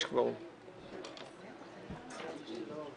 הצבעה